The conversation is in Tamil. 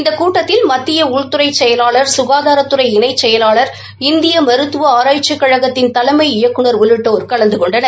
இந்த கூட்டத்தில் மத்திய உள்துறை செயலாளா் ககாதாத்துறை இணை செயலாளா் இந்திய மருத்துவ ஆராய்ச்சிக் கழகத்தின் தலைமை இயக்குநர் உள்ளிட்டோர் கலந்து கொண்டனர்